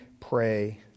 pray